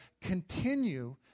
continue